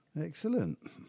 excellent